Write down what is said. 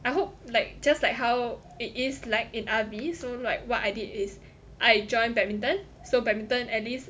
I hope like just like how it is like in R_V so like what I did is I join badminton so badminton at least